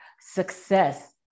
success